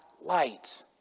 light